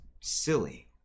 silly